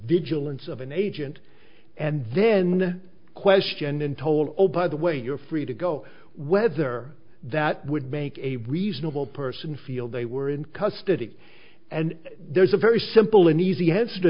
vigilance of an agent and then the question and told by the way you're free to go whether that would make a reasonable person feel they were in custody and there's a very simple and easy